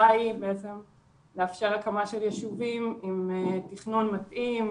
היא לאפשר הקמת ישובים עם תכנון מתאים,